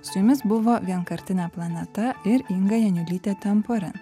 su jumis buvo vienkartinė planeta ir inga janiulytė temporin